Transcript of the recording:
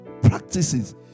practices